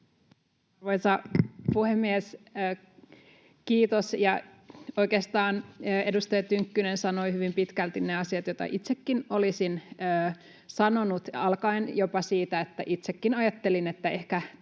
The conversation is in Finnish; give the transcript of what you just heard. Arvoisa puhemies, kiitos! Oikeastaan edustaja Tynkkynen sanoi hyvin pitkälti ne asiat, joita itsekin olisin sanonut alkaen jopa siitä, että itsekin ajattelin, että ehkä